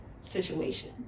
situation